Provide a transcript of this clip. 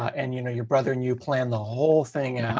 and you know your brother and you planned the whole thing and and